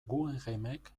guggenheimek